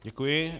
Děkuji.